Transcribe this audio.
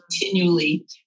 continually